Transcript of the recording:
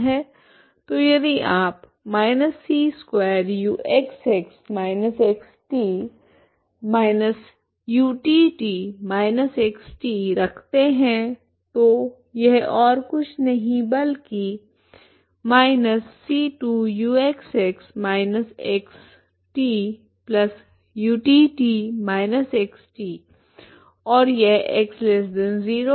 तो यदि आप −c2uxx−x t −utt−x t रखते है तो यह और कुछ नहीं बल्कि −c2uxx−xtutt−xt और यह x0 है